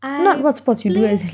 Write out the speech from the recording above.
I play